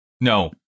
No